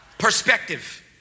Perspective